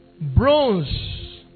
bronze